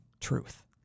truth